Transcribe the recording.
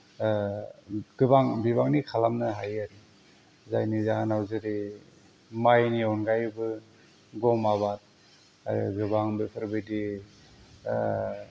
गोबां बिबांनि खालामनो हायो आरो जायनि जाहोनाव जेरै माइनि अनगायैबो गम आबाद आरो गोबां बेफोरबायदि